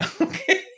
Okay